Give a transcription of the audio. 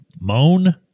Moan